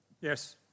Yes